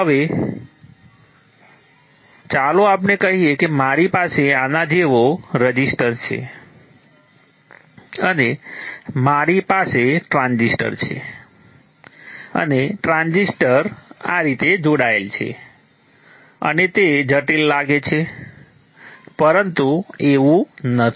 હવે ચાલો આપણે કહીએ કે મારી પાસે આના જેવો રઝિસ્ટન્સ છે અને મારી પાસે ટ્રાન્ઝિસ્ટર છે અને ટ્રાન્ઝિસ્ટર આ રીતે જોડાયેલ છે અને તે જટિલ લાગે છે પરંતુ એવું નથી